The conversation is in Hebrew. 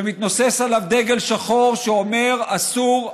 שמתנוסס עליו דגל שחור שאומר: אסור,